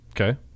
Okay